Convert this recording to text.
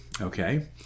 okay